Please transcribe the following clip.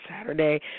Saturday